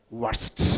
worst